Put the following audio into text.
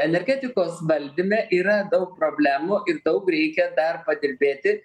energetikos valdyme yra daug problemų ir daug reikia dar padirbėti